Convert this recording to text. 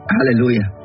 Hallelujah